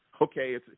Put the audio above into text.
Okay